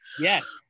Yes